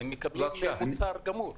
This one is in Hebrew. הם מקבלים מוצר גמור.